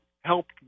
helped